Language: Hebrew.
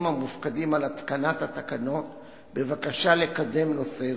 המופקדים על התקנת התקנות בבקשה לתקן נושא זה.